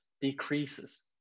decreases